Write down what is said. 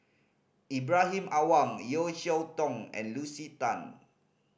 Ibrahim Awang Yeo Cheow Tong and Lucy Tan